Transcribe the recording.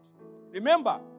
Remember